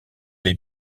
les